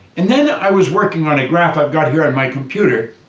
and then, i was working on a graph i've got here on my computer,